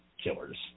killers